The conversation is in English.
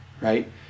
right